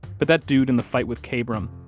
but that dude in the fight with kabrahm,